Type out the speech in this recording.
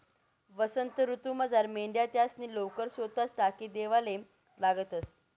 वसंत ऋतूमझार मेंढ्या त्यासनी लोकर सोताच टाकी देवाले लागतंस